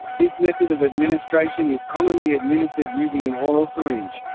this method of administration is commonly administered using an oral syringe.